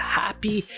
happy